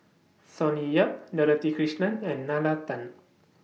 Sonny Yap Dorothy Krishnan and Nalla Tan